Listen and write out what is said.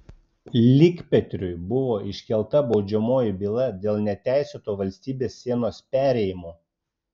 likpetriui buvo iškelta baudžiamoji byla dėl neteisėto valstybės sienos perėjimo